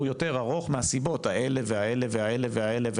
יותר ארוך מהסיבות האלה והאלה והאלה והאלה,